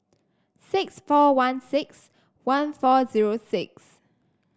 six four one six one four zero six